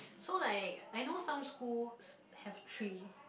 so like I know some schools have three